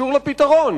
קשור לפתרון.